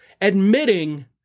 admitting